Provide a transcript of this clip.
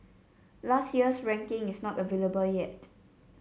last year's ranking is not available yet